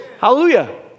Hallelujah